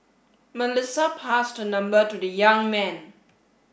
Melissa passed her number to the young man